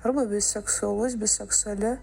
arba biseksualus biseksuali